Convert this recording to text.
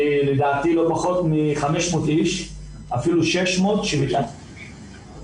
לדעתי לא פחות מ-500 אנשים ואפילו 600 אנשים